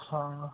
ਹਾਂ